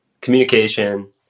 communication